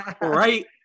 right